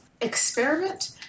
experiment